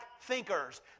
thinkers